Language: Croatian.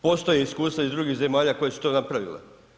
Postoje iskustva iz drugih zemalja koje su to napravile.